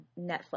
Netflix